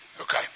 Okay